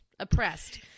oppressed